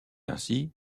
ainsi